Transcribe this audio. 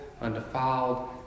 undefiled